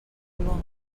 immense